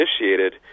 initiated